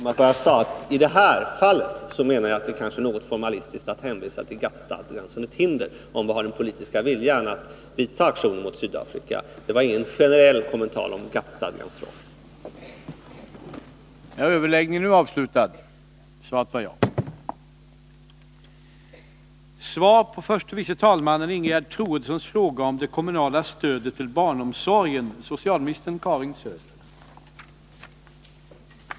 Herr talman! Just i det här fallet menar jag att det är formalistiskt att hänvisa till GATT-stadgan som ett hinder. Om man har den politiska viljan att vidta sanktioner mot Sydafrika anser jag att det hindret bör kunna övervinnas. Det var alltså inte fråga om någon generell kommentar om GATT-stadgan.